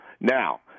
Now